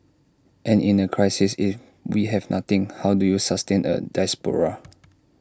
and in A crisis if we have nothing how do you sustain A diaspora